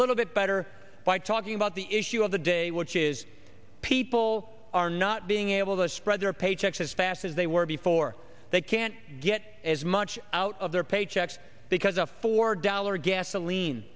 little bit better by talking about the issue of the day which is people are not being able to spread their paychecks as fast as they were before they can't get as much out of their paychecks because a four dollar gasoline